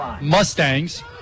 Mustangs